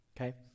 okay